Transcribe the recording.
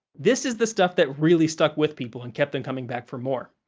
this is the stuff that really stuck with people and kept them coming back for more.